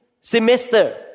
semester